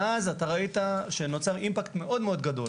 ואז אתה ראית שנוצר אימפקט מאוד מאוד גדול.